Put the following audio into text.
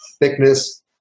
thickness